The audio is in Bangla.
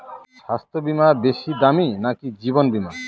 স্বাস্থ্য বীমা বেশী দামী নাকি জীবন বীমা?